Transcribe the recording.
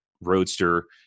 roadster